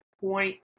point